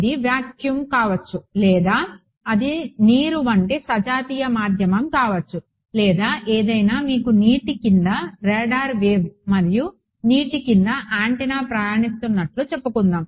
ఇది వాక్యూమ్ కావచ్చు లేదా అది నీరు వంటి సజాతీయ మాధ్యమం కావచ్చు లేదా ఏదైనా మీకు నీటి కింద రాడార్ వేవ్ మరియు నీటి కింద యాంటెన్నా ప్రయాణిస్తున్నట్లు చెప్పుకుందాం